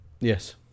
Yes